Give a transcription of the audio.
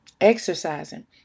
exercising